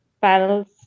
panels